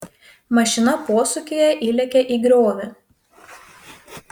mašina posūkyje įlėkė į griovį